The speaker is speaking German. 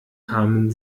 kamen